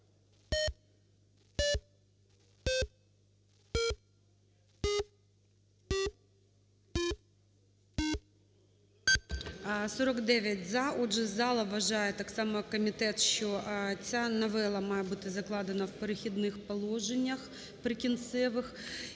За-49 Отже, зала вважає так само, як комітет, що ця новела має бути закладена в "Перехідних положеннях і прикінцевих"